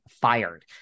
fired